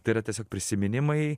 tai yra tiesiog prisiminimai